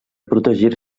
protegir